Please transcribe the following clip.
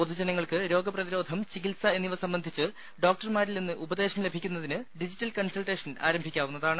പൊതുജനങ്ങൾക്ക് രോഗപ്രതിരോധം ചികിത്സ എന്നിവ സംബന്ധിച്ച് ഡോക്ടർമാരിൽ നിന്ന് ഉപദേശം ലഭിക്കുന്നതിന് ഡിജിറ്റൽ കൺസൾട്ടേഷൻ ആരംഭിക്കാവുന്നതാണ്